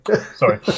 Sorry